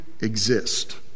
exist